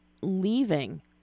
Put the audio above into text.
leaving